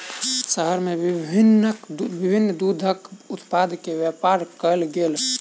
शहर में विभिन्न दूधक उत्पाद के व्यापार कयल गेल